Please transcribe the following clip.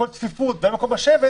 יש צפיפות ואין מקום לשבת,